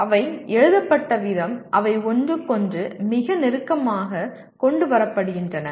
அவை எழுதப்பட்ட விதம் அவை ஒன்றுக்கொன்று மிக நெருக்கமாக கொண்டு வரப்படுகின்றன